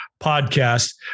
podcast